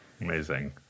Amazing